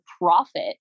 profit